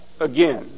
again